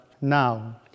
now